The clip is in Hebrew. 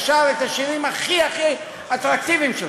שר את השירים הכי-הכי אטרקטיביים שלך.